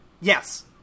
Yes